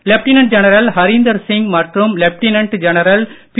lieutenant general Harinder Singh மற்றும் lieutenant general B